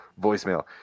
voicemail